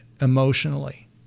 emotionally